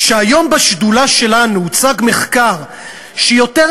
כשהיום בשדולה שלנו הוצג מחקר שיותר